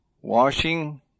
washing